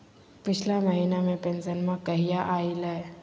पिछला महीना के पेंसनमा कहिया आइले?